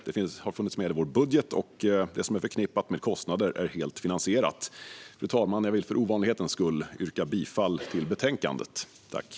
Det har funnits med i vår budget, och det som är förknippat med kostnader är helt finansierat. Fru talman! Jag vill för ovanlighetens skull yrka bifall till utskottets förslag.